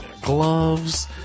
Gloves